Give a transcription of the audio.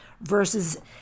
versus